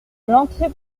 l’entrée